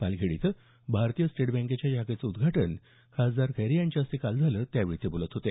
पालखेड इथं भारतीय स्टेट बँकेच्या शाखेचं उद्घाटन खासदार खैरे यांच्या हस्ते काल झालं त्यावेळी ते बोलत होते